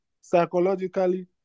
psychologically